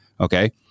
Okay